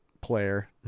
player